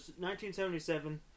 1977